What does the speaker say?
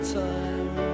time